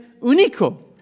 único